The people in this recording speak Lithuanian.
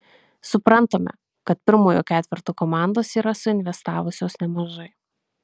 suprantame kad pirmojo ketverto komandos yra suinvestavusios nemažai